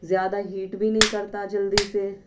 زیادہ ہیٹ بھی نہیں کرتا جلدی سے